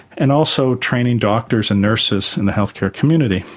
and also training doctors and nurses in the healthcare community.